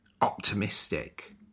optimistic